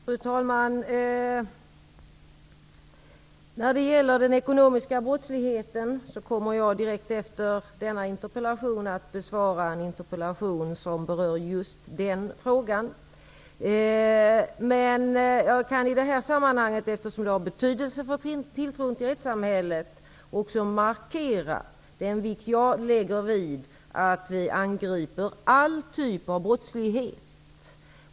Fru talman! När det gäller den ekonomiska brottsligheten kommer jag direkt efter denna interpellation att besvara en interpellation som berör just den frågan. Eftersom det har betydelse för tilltron till rättsamhället kan jag i det här sammanhanget också markera den vikt jag lägger vid att vi angriper alla typer av brottslighet.